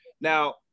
Now